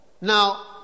Now